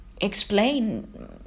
Explain